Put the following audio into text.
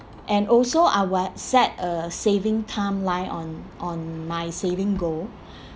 and also I would set a saving timeline on on my saving goal